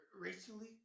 racially